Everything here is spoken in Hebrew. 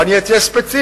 ואני אהיה ספציפי,